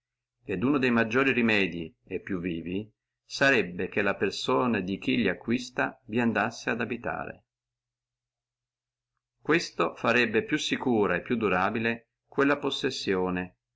et uno de maggiori remedii e più vivi sarebbe che la persona di chi acquista vi andassi ad abitare questo farebbe più secura e più durabile quella possessione